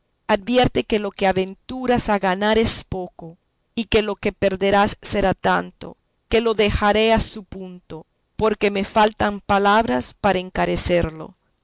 advierte que lo que aventuras a ganar es poco y que lo que perderás será tanto que lo dejaré en su punto porque me faltan palabras para encarecerlo